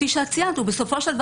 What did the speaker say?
למשל,